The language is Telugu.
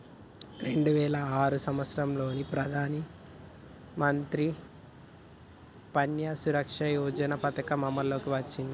రెండు వేల ఆరు సంవత్సరంలో ప్రధానమంత్రి ప్యాన్య సురక్ష యోజన పథకం అమల్లోకి వచ్చింది